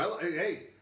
Hey